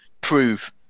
prove